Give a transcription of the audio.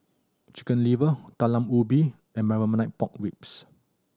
Chicken Liver Talam Ubi and Marmite Pork Ribs